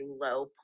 low